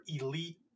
elite